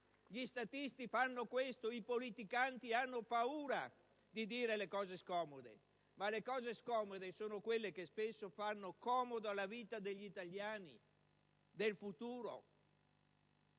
Gli statisti fanno così! I politicanti invece hanno paura di dire le cose scomode, che però sono quelle che spesso fanno comodo alla vita degli italiani del futuro.